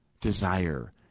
desire